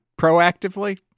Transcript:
proactively